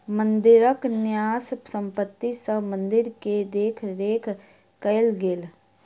मंदिरक न्यास संपत्ति सॅ मंदिर के देख रेख कएल गेल